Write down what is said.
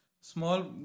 small